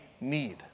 need